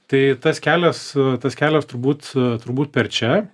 tai tas kelias tas kelias turbūt turbūt per čia